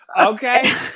Okay